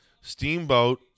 Steamboat